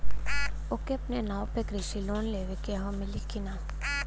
ओके अपने नाव पे कृषि लोन लेवे के हव मिली की ना ही?